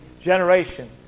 generation